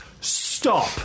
stop